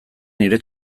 nire